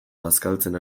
bazkaltzen